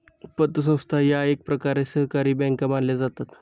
पतसंस्था या एकप्रकारे सहकारी बँका मानल्या जातात